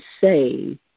say